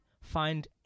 find